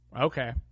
Okay